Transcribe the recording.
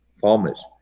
Farmers